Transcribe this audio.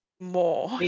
more